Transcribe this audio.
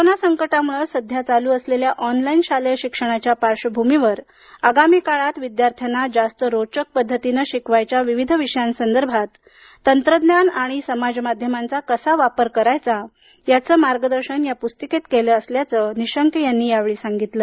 corona संकटामुळे सध्या चालू असलेल्या ऑनलाइन शालेय शिक्षणाच्या पार्श्वभूमीवर आगामी काळात विदयार्थ्यांना जास्त रोचक पद्धतीने शिकवायच्या विविध विषयासंदर्भात तंत्रज्ञान आणि समाज माध्यमांचा कसा वापर करायचा याचं मार्गदर्शन या पुस्तिकेत केल्याच नीशंक यांनी यावेळी बोलताना सांगितलं